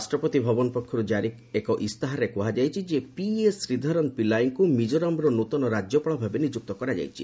ରାଷ୍ଟ୍ରପତି ଭବନ ପକ୍ଷରୁ ଜାରି ଏକ ଇସ୍ତାହାରରେ କୁହାଯାଇଛି ପିଏସ୍ ଶ୍ରୀଧରନ ପିଲାଇଙ୍କୁ ମିଜୋରାମର ନୂଆ ରାଜ୍ୟପାଳ ଭାବେ ନିଯୁକ୍ତ କରାଯାଇଛି